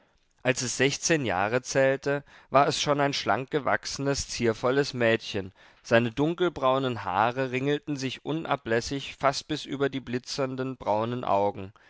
als es sechzehn jahre zählte war es schon ein schlank gewachsenes ziervolles mädchen seine dunkelbraunen haare ringelten sich unablässig fast bis über die blitzenden braunen augen